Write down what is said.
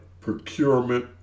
procurement